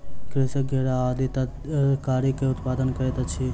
कृषक घेरा आदि तरकारीक उत्पादन करैत अछि